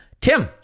Tim